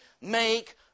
make